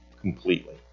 completely